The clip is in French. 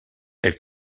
elle